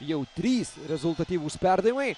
jau trys rezultatyvūs perdavimai